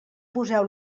poseu